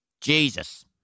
Jesus